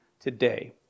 today